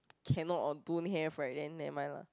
cannot or don't have right then never mind lah